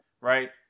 right